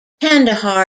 kandahar